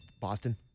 Boston